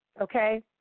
Okay